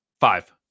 five